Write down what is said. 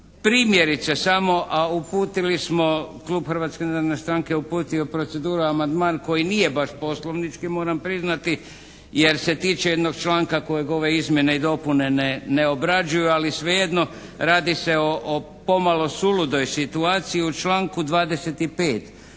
Primjerice samo a uputili smo, klub Hrvatske narodne stranke je uputio u proceduru amandman koji baš poslovnički moram priznati, jer se tiče jednog članka kojeg ove izmjene i dopune ne obrađuju ali svejedno radi se o pomalo suludoj situaciji. U članku 25.